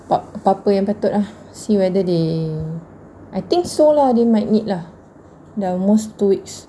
top up apa-apa yang patut ah see whether they I think so lah they might need lah dah almost two weeks